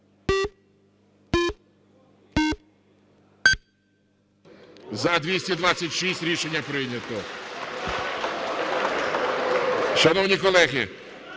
За-272 Рішення прийнято. Шановні колеги,